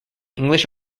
english